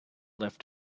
left